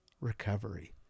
recovery